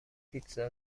پیتزا